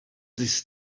this